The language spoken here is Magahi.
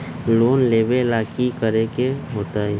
लोन लेवेला की करेके होतई?